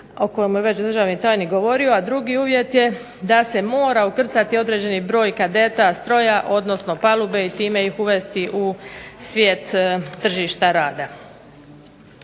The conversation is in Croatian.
o kojemu je već državni tajnik govorio. A drugi uvjet je da se mora ukrcati određeni broj kadeta stroja, odnosno palube i time ih uvesti u svijet tržišta rada.